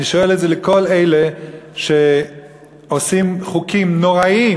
אני שואל את זה את כל אלה שעושים חוקים נוראים,